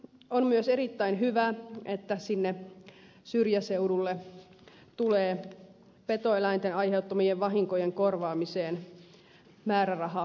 on myös erittäin hyvä että syrjäseuduille tulee petoeläinten aiheuttamien vahinkojen korvaamiseen määrärahalisäys